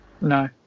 no